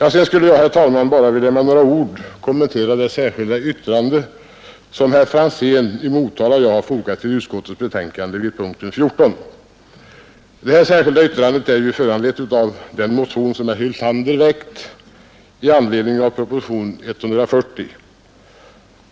Sedan skulle jag, herr talman, bara med några ord vilja kommentera det särskilda yttrande som herr Franzén och jag har fogat till utskottets betänkande vid punkten 14. Detta yttrande har föranletts av den motion som herr Hyltander väckt i anledning av proposition nr 140.